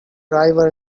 driver